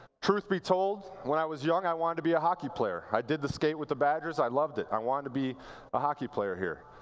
truth be told, when i was young, i wanted to be a hockey player. i did the skate with the badgers. i loved it. i wanted to be a hockey player here.